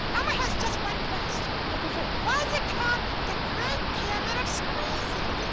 elmo has just one question. what is that? why is it called the great pyramid of squeezer?